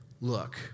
Look